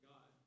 God